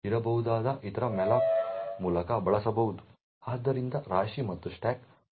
ಆದ್ದರಿಂದ ಸಂಗ್ರಹಣೆ ಮತ್ತು ಸ್ಟಾಕ್ ನಡುವಿನ ವ್ಯತ್ಯಾಸವೇನು